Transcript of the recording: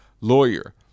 lawyer